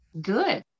good